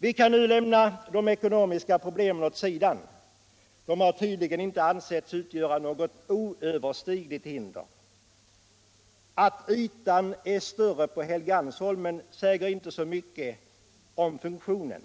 Vi kan lämna de ekonomiska problemen åt sidan — de har tydligen inte ansetts utgöra något oöverstigligt hinder. Att ytan är större på Helgeandsholmen säger inte mycket om funktionen.